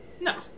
No